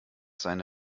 seine